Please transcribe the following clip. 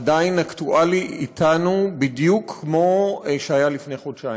עדיין אקטואלי אתנו בדיוק כמו שהיה לפני חודשיים.